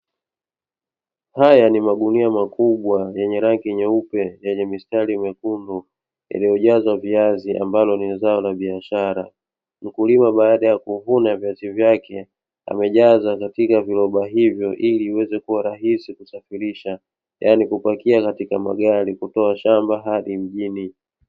Haya ni magunia makubwa yenye rangi nyeupe yenye mistari mekundu iliojazwa viazi ambalo ni zao la biashara. mkulima baada ya kuvuna viazi vyake amejaza katika viroba hivyo iliiweze kuwa rahisi kusafirisha, yani kupakia katika magari kutoa shamba hadi mjini.